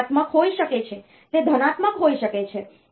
તે ઋણાત્મક હોઈ શકે છે તે ધનાત્મક હોઈ શકે છે